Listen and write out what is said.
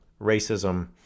racism